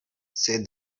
said